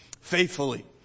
Faithfully